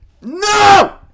No